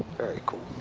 very cool.